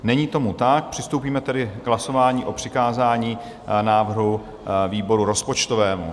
Není tomu tak, přistoupíme tedy k hlasování o přikázání návrhu výboru rozpočtovému.